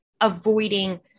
avoiding